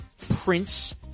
Prince